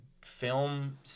Film